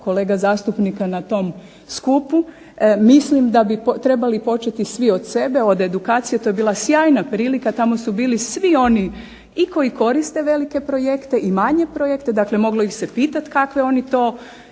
kolega zastupnika na tom skupu. Mislim da bi trebali početi svi od sebe, od edukacije, to je bila sjajna prilika, tamo su bili svi oni i koji koriste velike projekte i manje projekte, dakle moglo ih se pitat kakve oni to